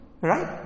Right